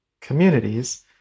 communities